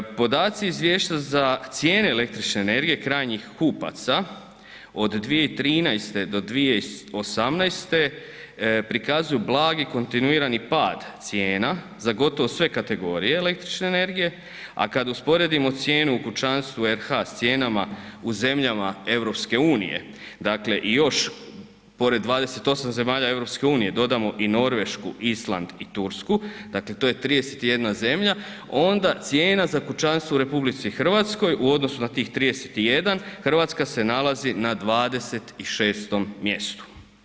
Podaci izvješća za cijene električne energije krajnjih kupaca od 2013. do 2018. prikazuju blagi kontinuirani pad cijena za gotovo sve kategorije električne energije, a kad usporedimo cijenu u kućanstvu RH s cijenama u zemljama EU, dakle još pored 28 zemalja EU dodamo i Norvešku, Island i Tursku, dakle to je 31 zemlja, onda cijena za kućanstvo u RH u odnosu na tih 31, RH se nalazi na 26. mjestu.